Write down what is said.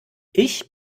ich